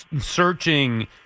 searching